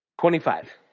Twenty-five